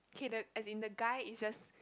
kay but as in the guy is just